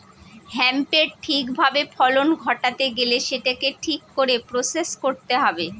হেম্পের ঠিক ভাবে ফলন ঘটাতে গেলে সেটাকে ঠিক করে প্রসেস করতে হবে